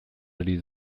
ari